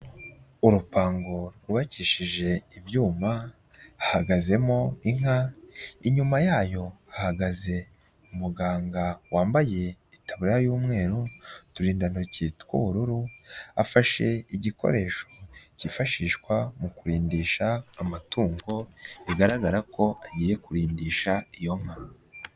Urupangu rwubakishije ibyuma, hahagazemo inka, inyuma yayo ahagaze umuganga wambaye itabara y'umweru, uturindantoki tw'ubururu, afashe igikoresho cyifashishwa mu kurindisha amatungo, bigaragara ko agiye kurindisha iyo nka.